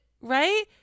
right